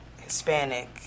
Hispanic